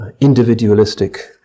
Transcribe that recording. individualistic